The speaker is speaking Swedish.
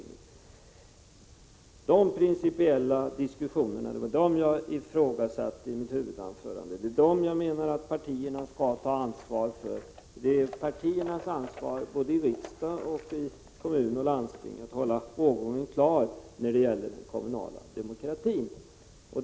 Det var den principiella uppläggningen som jag ifrågasatte i mitt huvudanförande; sådana diskussioner skall partierna ansvara för, menar jag. Det är partiernas ansvar både i riksdag och i kommuner och landsting att hålla rågången klar i frågor som handlar om den kommunala demokratin.